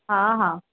हा हा